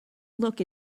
look